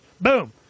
boom